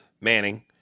Manning